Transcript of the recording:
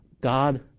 God